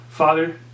Father